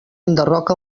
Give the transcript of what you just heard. enderroca